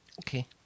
Okay